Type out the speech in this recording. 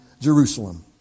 Jerusalem